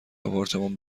آپارتمان